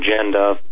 agenda